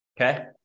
Okay